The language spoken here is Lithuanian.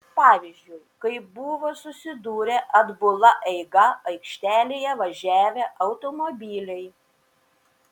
pavyzdžiui kai buvo susidūrę atbula eiga aikštelėje važiavę automobiliai